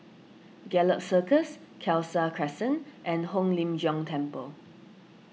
Gallop Circus Khalsa Crescent and Hong Lim Jiong Temple